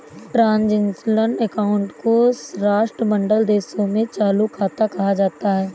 transitional account को राष्ट्रमंडल देशों में चालू खाता कहा जाता है